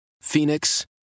Phoenix